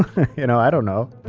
you know i don't know